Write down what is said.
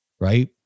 Right